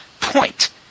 point